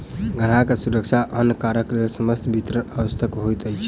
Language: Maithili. ग्राहक के सुरक्षा आ अन्य कारणक लेल समस्त विवरण आवश्यक होइत अछि